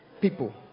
people